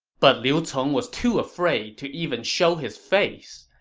but liu cong was too afraid to even show his face.